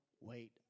wait